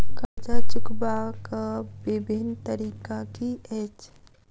कर्जा चुकबाक बिभिन्न तरीका की अछि?